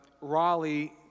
Raleigh